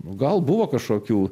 gal buvo kažkokių